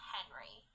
Henry